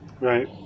Right